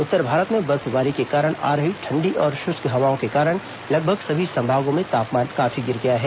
उत्तर भारत में बर्फबारी के कारण आ रही ठंडी और शुष्क हवाओं के कारण लगभग सभी संभागों में तापमान काफी गिर गया है